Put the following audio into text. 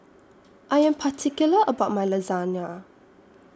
I Am particular about My Lasagna